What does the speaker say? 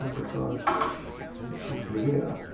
because it should be here.